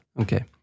Okay